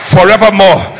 Forevermore